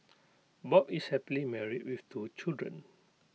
bob is happily married with two children